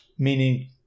meaning